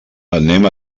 anem